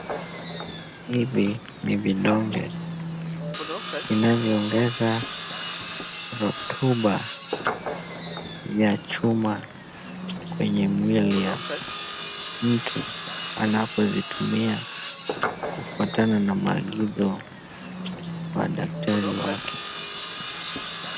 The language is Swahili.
Hivi ni vidonge vinavyoongeza rotuba ya chuma kwenye mwili ya mtu anapozitumia kufuatana na maagizo wa daktari wake.